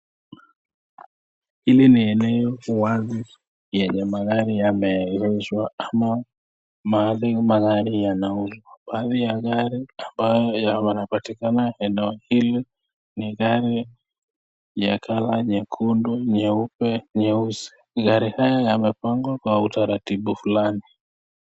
Hili ni eneo wazi yenye magari yameegeshwa ama mahali magari yanauzwa. Baadhi ya gari ambayo yanapatikana eneo hili ni gari ya color nyekundu, nyeupe, nyeusi. Gari haya yamepangwa kwa utaratibu fulani.